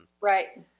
right